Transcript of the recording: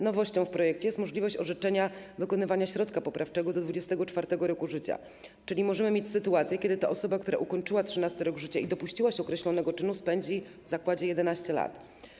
Nowością w projekcie jest możliwość orzeczenia wykonywania środka poprawczego do 24. roku życia, czyli możemy mieć sytuację, kiedy to osoba, która ukończyła 13. rok życia i dopuściła się określonego czynu, spędzi w zakładzie 11 lat.